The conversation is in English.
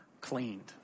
cleaned